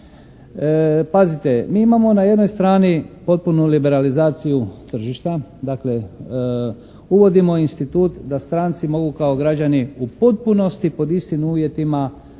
Pazite mi imamo na jednoj strani potpunu liberalizaciju tržišta. Dakle uvodimo institut da stranci mogu kao građani u potpunosti pod istim uvjetima